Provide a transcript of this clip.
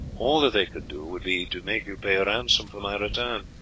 all that they could do would be to make you pay ransom for my return.